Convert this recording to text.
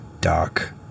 dark